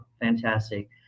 fantastic